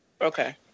Okay